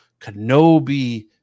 Kenobi